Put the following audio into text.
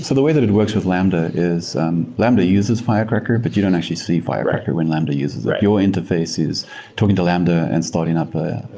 so the way that it works with lambda is um lambda uses firecracker, but you don't actually see firecracker when lambda uses that. your interface is talking to lambda and starting up a